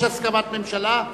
יש הסכמת הממשלה,